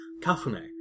kafune